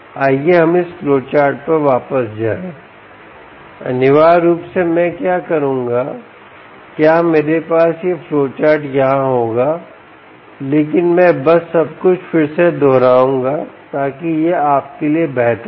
आइए हम इस फ्लोचार्ट पर वापस जाएं अनिवार्य रूप से मैं क्या करूंगा क्या मेरे पास यह फ्लोचार्ट यहां होगा लेकिन मैं बस सब कुछ फिर से दोहराऊंगा ताकि यह आपके लिए बेहतर हो